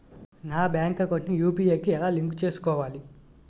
నా bank account ని UPI కి ఎలా లింక్ చేసుకోవాలి?